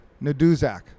Naduzak